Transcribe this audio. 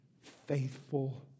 faithful